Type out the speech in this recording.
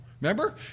Remember